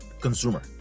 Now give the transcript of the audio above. consumer